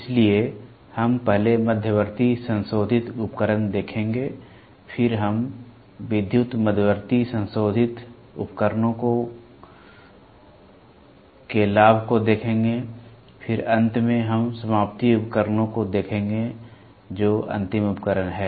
इसलिए हम पहले मध्यवर्ती संशोधित उपकरण देखेंगे फिर हम विद्युत मध्यवर्ती संशोधित उपकरणों का लाभ देखेंगे फिर अंत में हम समाप्ति उपकरणों को देखेंगे जो अंतिम उपकरण हैं